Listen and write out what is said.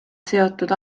seotud